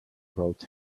brought